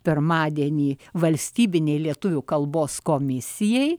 pirmadienį valstybinei lietuvių kalbos komisijai